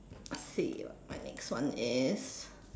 see my next one is